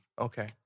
okay